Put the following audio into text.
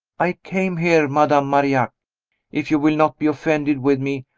i came here, madame marillac if you will not be offended with me,